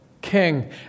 King